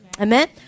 Amen